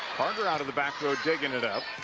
carter out of the back row, digging it up,